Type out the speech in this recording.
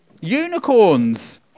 Unicorns